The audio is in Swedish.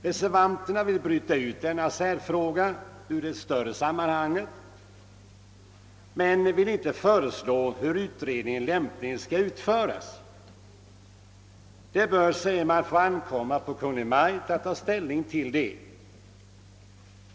Reservanterna vill bryta ut denna särfråga ur det större sammanhanget men vill inte föreslå hur utredningen lämpligen skall utföras. Det bör, säger man, få ankomma på Kungl. Maj:t att ta ställning härtill.